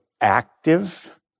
active